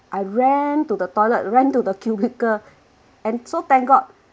I ran to the toilet ran to the cubicle and so thank god